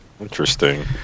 Interesting